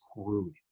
screwed